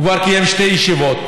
הוא כבר קיים שתי ישיבות,